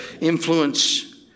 Influence